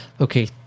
Okay